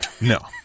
No